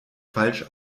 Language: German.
falsch